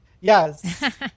Yes